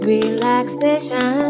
Relaxation